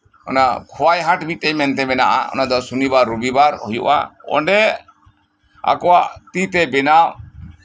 ᱠᱷᱳᱣᱟᱭ ᱦᱟᱴ ᱢᱤᱫ ᱴᱮᱱ ᱢᱮᱱᱟᱜᱼᱟ ᱚᱱᱟ ᱫᱚ ᱥᱚᱱᱤᱵᱟᱨ ᱨᱚᱵᱤᱵᱟᱨ ᱦᱳᱭᱳᱜᱼᱟ ᱚᱸᱰᱮ ᱟᱠᱚᱣᱟᱜ ᱛᱤᱛᱮ ᱵᱮᱱᱟᱣ